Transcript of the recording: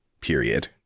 Period